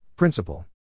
Principle